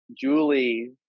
Julie